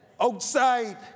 Outside